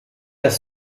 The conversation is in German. das